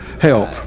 help